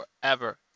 forever